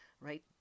right